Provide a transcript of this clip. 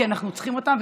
כי אנחנו צריכים אותם,